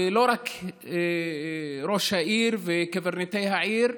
ולא רק ראש העיר וקברניטי העיר,